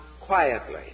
quietly